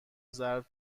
ضرب